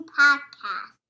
podcast